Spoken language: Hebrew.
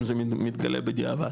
אם זה מתגלה בדיעבד,